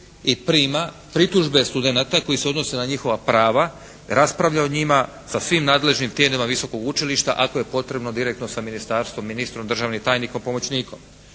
i prima pritužbe studenata koji se odnose na njihova prava, raspravlja o njima sa svim nadležnim tijelima visokog učilišta ako je potrebno direktno sa ministarstvom, ministrom, državnim tajnikom, pomoćnikom.